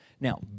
Now